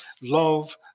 love